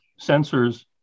sensors